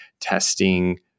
testing